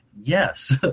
Yes